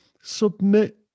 submit